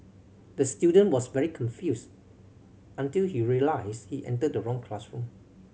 the student was very confused until he realised he entered the wrong classroom